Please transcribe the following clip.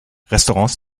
restaurants